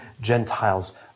Gentiles